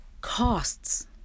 costs